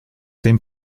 dem